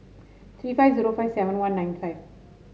three five zero five seven one nine five